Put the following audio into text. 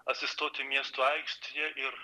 asistuoti miesto aikštėje ir